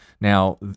Now